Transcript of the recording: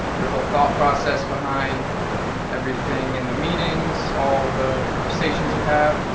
your whole thought process behind everything in the meetings, all the conversations you have.